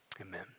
Amen